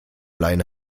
leine